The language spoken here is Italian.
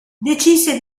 decise